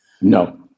No